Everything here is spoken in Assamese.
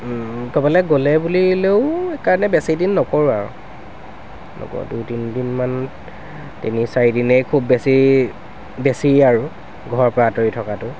ক'ৰবালৈ গ'লে বুলিলেও সেইকাৰণে বেছি দিন নকৰোঁ আৰু দুই তিনিদিনমান তিনিচাৰিদিনেই খুব বেছি বেছি আৰু ঘৰৰ পৰা আঁতৰি থকাটো